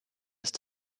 ist